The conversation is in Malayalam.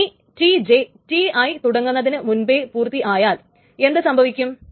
ഇനി Tj Ti തുടങ്ങുന്നതിനു മുൻപേ പൂർത്തിയായാൽ എന്തു സംഭവിക്കും